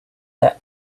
that